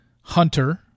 Hunter